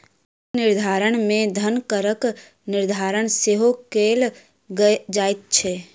कर निर्धारण मे धन करक निर्धारण सेहो कयल जाइत छै